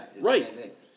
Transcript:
Right